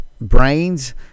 brains